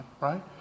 right